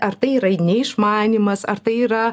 ar tai yra neišmanymas ar tai yra